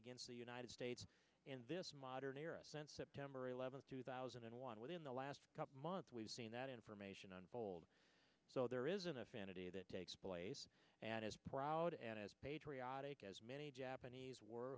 against the united states in this modern era sent september eleventh two thousand and one within the last couple months we've seen that information on hold so there isn't a fantasy that takes place and as proud as patriotic as many japanese were